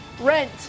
Rent